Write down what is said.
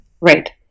Right